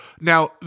Now